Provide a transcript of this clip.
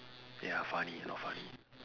ya funny not funny